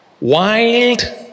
wild